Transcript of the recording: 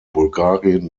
bulgarien